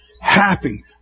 happy